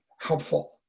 helpful